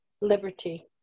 liberty